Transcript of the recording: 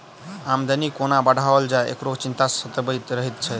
आमदनी कोना बढ़ाओल जाय, एकरो चिंता सतबैत रहैत छै